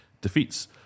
defeats